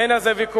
אין על זה ויכוח.